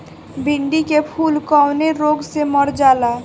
भिन्डी के फूल कौने रोग से मर जाला?